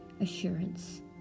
assurance